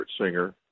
singer